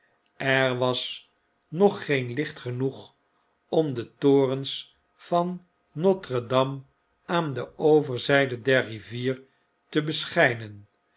er was nog geen licht genoeg om de torens van notre dame aan de overzflde der rivier te beschjjnen